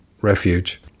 refuge